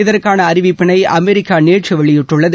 இதற்கான அறிவிப்பினை அமெரிக்கா நேற்று வெளியிட்டுள்ளது